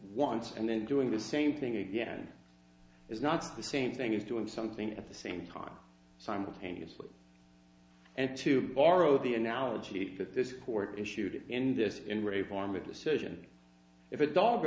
once and then doing the same thing again is not the same thing as doing something at the same time simultaneously and to borrow the analogy that this court issued in this in great form a decision if a dog